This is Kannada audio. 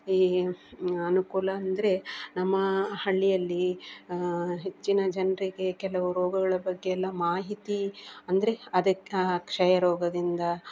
ಈ ಅನುಕೂಲ ಅಂದರೆ ನಮ್ಮ ಹಳ್ಳಿಯಲ್ಲಿ ಹೆಚ್ಚಿನ ಜನರಿಗೆ ಕೆಲವು ರೋಗಗಳ ಬಗ್ಗೆಯೆಲ್ಲ ಮಾಹಿತಿ ಅಂದರೆ ಅದಕ್ಕೆ ಕ್ಷಯ ರೋಗದಿಂದ